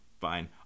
fine